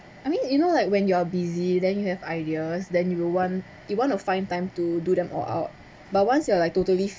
I mean you know like when you are busy then you have ideas then you will want you want to find time to do them all out but once you are like totally